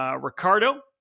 Ricardo